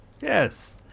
Yes